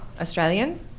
Australian